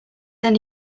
then